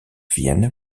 vienne